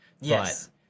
Yes